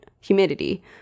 humidity